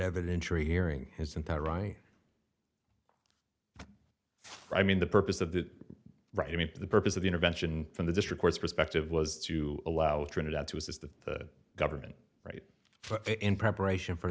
evidentiary hearing isn't that right i mean the purpose of that right i mean the purpose of the intervention from the district perspective was to allow trinidad to assist the government right in preparation for